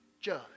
judge